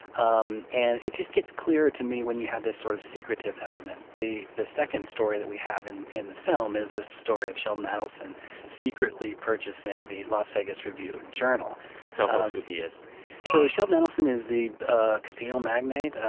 um and it just gets clearer to me when you have this sort of secretive element. the the second story that we have in in the film is the story of sheldon adelson secretly purchasing the las vegas review-journal tell who he is so sheldon adelson is the ah casino magnate,